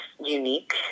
unique